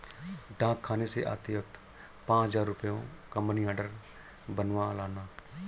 डाकखाने से आते वक्त पाँच हजार रुपयों का मनी आर्डर बनवा लाना